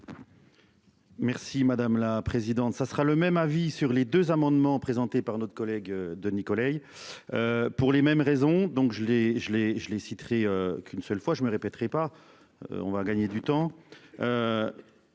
Merci madame la présidente. Ça sera le même avis sur les deux amendements présentés par notre collègue de Nicolet. Pour les mêmes raisons, donc je l'ai, je les je les citerai qu'une seule fois je me répéterai pas. On va gagner du temps.